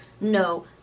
no